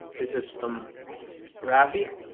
this is from rafe.